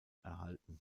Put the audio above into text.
erhalten